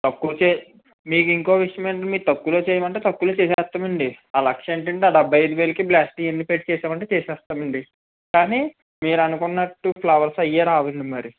తక్కువ చే మీకు ఇంకో విషయమేంటంటే మీకు తక్కువలో చెయ్యమంటే తక్కువలో చేసేస్తామండి ఆ లక్ష ఏంటండి ఆ డెబ్బై ఐదు వేలకే బ్లాస్టింగ్ అన్ని పెట్టి చేసేయ మంటే చేసేస్తామండి కానీ మీరు అనుకున్నట్టు ఫ్లవర్స్ అవే రావండి మరి